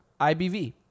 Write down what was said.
IBV